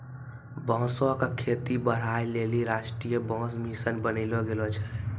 बांसो क खेती बढ़ाय लेलि राष्ट्रीय बांस मिशन बनैलो गेलो छै